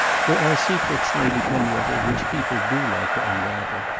there are secrets, lady penwether, which people do like to unravel,